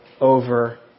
over